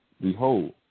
Behold